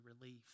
relief